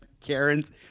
Karen's